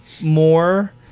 more